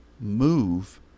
move